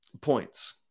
points